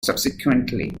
subsequently